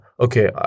okay